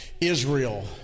Israel